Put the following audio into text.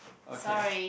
okay